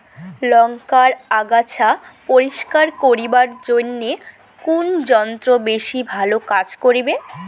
লংকার আগাছা পরিস্কার করিবার জইন্যে কুন যন্ত্র বেশি ভালো কাজ করিবে?